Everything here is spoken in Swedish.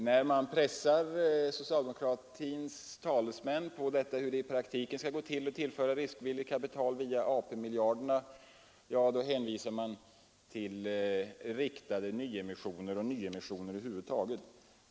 När socialdemokratins talesmän pressas på hur det i praktiken skall gå till att tillföra företagen riskvilligt kapital via AP-miljarderna, så hänvisar de till riktade nyemissioner och nyemissioner över huvud taget.